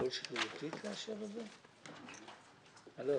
כל השיטה הזאת של מיסוי לפי הספקים מביאה הקלה לכלים בינוניים